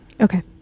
Okay